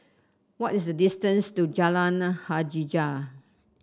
what is the distance to Jalan Hajijah